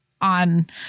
on